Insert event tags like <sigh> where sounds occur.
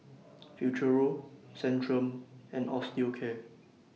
<noise> Futuro Centrum and Osteocare